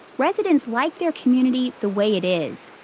residents like their community the way it is.